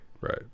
right